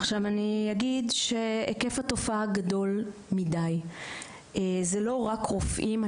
אני אגיד שהיקף התופעה גדול מדי, זה לא רק רופאים.